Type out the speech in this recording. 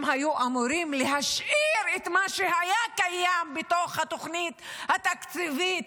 הם היו אמורים להשאיר את מה שהיה קיים בתוך התוכנית התקציבית,